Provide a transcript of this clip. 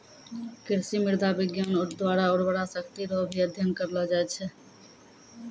कृषि मृदा विज्ञान द्वारा उर्वरा शक्ति रो भी अध्ययन करलो जाय छै